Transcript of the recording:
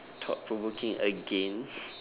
thought provoking again